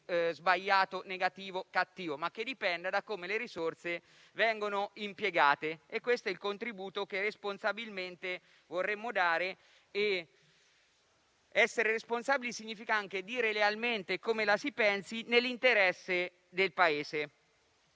sbagliato, negativo o cattivo, ma che dipenda da come le risorse vengono impiegate. Questo è il contributo che responsabilmente vorremmo dare, perché essere responsabili significa anche dire lealmente come la si pensa nell'interesse del Paese.